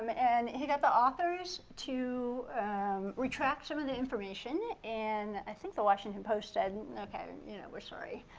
um and he got the authors to retract some of the information, and i think the washington post said, and and okay, you know, we're sorry.